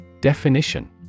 Definition